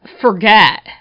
forget